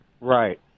Right